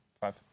Five